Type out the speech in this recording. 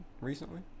recently